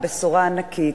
ובשורה ענקית,